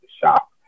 shop